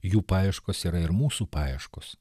jų paieškos yra ir mūsų paieškos